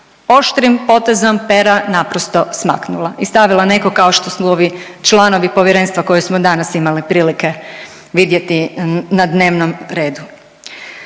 oštrim potezom pera naprosto smaknula i stavila nekog kao što su ovi članovi povjerenstva koje smo danas imali prilike vidjeti na dnevnom redu.